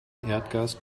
erdgas